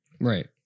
Right